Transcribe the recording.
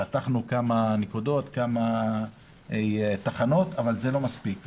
פתחנו כמה תחנות, אבל זה לא מספיק.